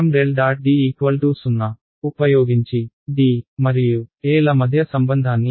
D0 ఉపయోగించి D మరియు E ల మధ్య సంబంధాన్ని మనం ∇